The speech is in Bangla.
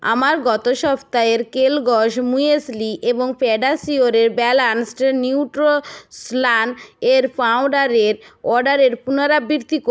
আমার গত সপ্তাহের কেলগস মুয়েসলি এবং পেডিয়াশিয়োরের ব্যালান্সড নিউট্রো স্লান এর পাউডারের অর্ডারের পুনরাবৃত্তি কো